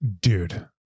Dude